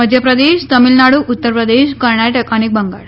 મધ્યપ્રદેશ તમિલનાડુ ઉત્તરપ્રદેશ કર્ણાટક અને બંગાળ